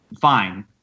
Fine